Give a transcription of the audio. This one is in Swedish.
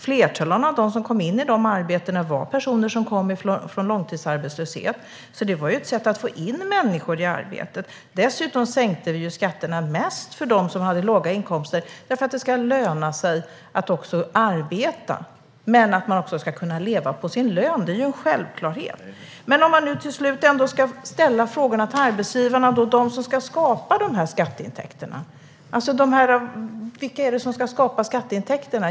Flertalet av dem som kom in i de arbetena var personer som kom från långtidsarbetslöshet. Det var ett sätt att få in människor i arbete. Dessutom sänkte vi skatterna mest för dem som hade låga inkomster, eftersom det ska löna sig att arbeta. Men man ska också kunna leva på sin lön. Det är en självklarhet. Men hur är det om man nu till slut ändå ska ställa frågorna till arbetsgivarna, de som ska skapa skatteintäkterna? Vilka är det som ska skapa skatteintäkterna?